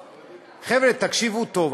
חבר'ה, תקשיבו טוב.